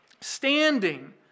standing